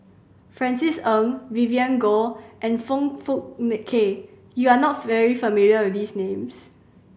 Francis Ng Vivien Goh and Foong Fook Kay you are not familiar with these names